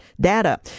data